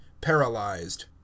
paralyzed